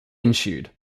ensued